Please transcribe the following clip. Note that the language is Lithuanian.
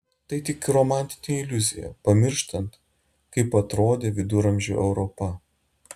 tai tik romantinė iliuzija pamirštant kaip atrodė viduramžių europa